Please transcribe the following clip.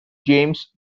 james